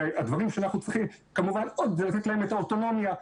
והדברים שאנחנו צריכים עוד זה כמובן לתת להם האוטונומיה,